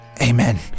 Amen